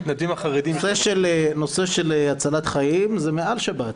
נושא של הצלת חיים זה מעל שבת.